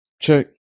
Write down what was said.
check